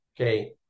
Okay